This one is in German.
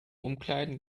umkleiden